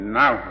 now